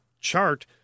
chart